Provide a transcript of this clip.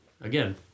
again